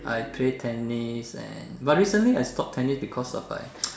I play tennis and but recently I stop tennis because of my